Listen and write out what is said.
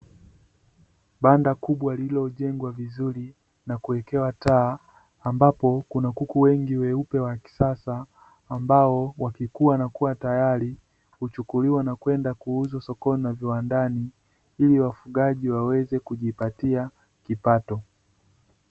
Banda kubwa lililo jengwa vizuri na kuwekewa taa ambapo kuna kuku wengi weupe wa kisasa ambao wakikua wanakua teyari. Huchukuliwa na kwenda kuuzwa sokoni na viwandani ili wafugaji waweze kujipatia kipato.